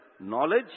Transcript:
knowledge